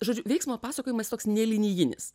žodžiu veiksmo pasakojimas jis toks ne linijinis